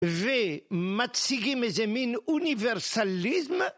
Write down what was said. ומציגים איזה מין אוניברסליזם?